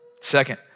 Second